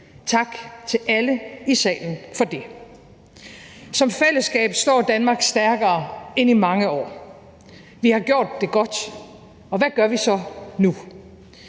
Tak til alle i salen for det. Som fællesskab står Danmark stærkere end i mange år. Vi har gjort det godt, og hvad gør vi så nu?